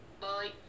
Bye